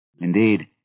Indeed